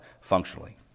functionally